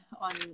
on